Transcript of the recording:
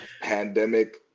Pandemic